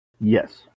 Yes